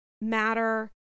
matter